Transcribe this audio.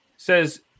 says